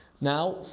Now